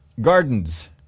gardens